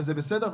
וזה בסדר,